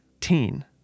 teen